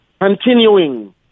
continuing